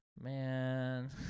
man